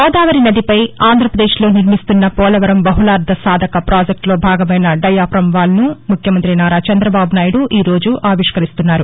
గోదావరి నదిపై ఆంధ్రపదేశ్లో నిర్మిస్తున్న పోలవరం బహుళార్దసాధక పాజెక్టులో భాగమైన దయాప్రమ్వాల్ను ముఖ్యమంతి నారా చంద్రబాబు నాయుడు ఈరోజు ఆవిష్కరిస్తున్నారు